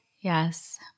Yes